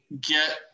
get